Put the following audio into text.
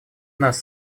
нас